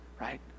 right